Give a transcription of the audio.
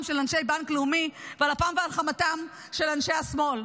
של אנשי בנק לאומי ועל אפם ועל חמתם של אנשי השמאל: